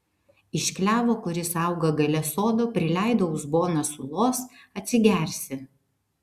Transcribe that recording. iš klevo kuris auga gale sodo prileidau uzboną sulos atsigersi